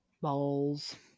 Balls